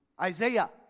Isaiah